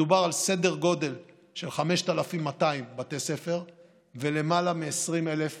מדובר על סדר גודל של 5,200 בתי ספר ולמעלה מ-20,000 גנים,